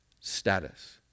status